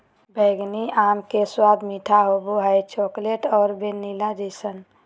बैंगनी आम के स्वाद मीठा होबो हइ, चॉकलेट और वैनिला जइसन